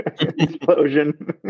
Explosion